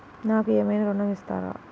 నాకు ఏమైనా ఋణం ఇస్తారా?